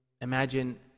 Imagine